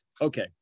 okay